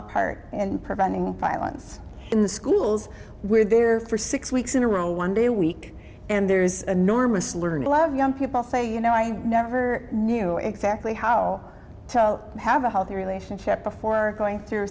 a part and preventing violence in the schools we're there for six weeks in a row one day a week and there's enormous learn to love young people say you know i never knew exactly how to have a healthy relationship before going through